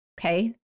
Okay